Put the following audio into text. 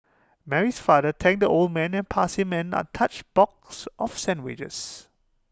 Mary's father thanked the old man and passed him an untouched box of sandwiches